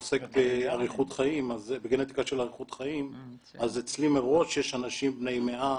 עוסק בגנטיקה של אריכות חיים אז אצלי מראש יש אנשים בני 100,